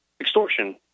Extortion